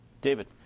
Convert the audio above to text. David